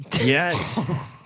Yes